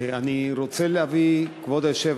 אני רוצה להביא, כבוד היושב-ראש,